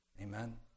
Amen